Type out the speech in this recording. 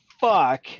fuck